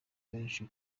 benshi